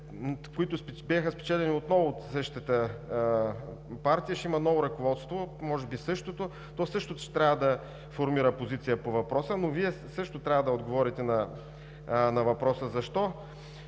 които бяха спечелени отново от същата партия, ще има ново ръководство, може би същото, то също ще трябва да формира позиция по въпроса. Но Вие също трябва да отговорите на въпроса за